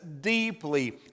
deeply